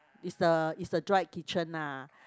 is the is the dry kitchen ah